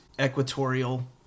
equatorial